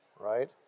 right